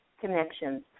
connections